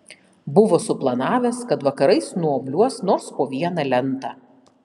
buvo suplanavęs kad vakarais nuobliuos nors po vieną lentą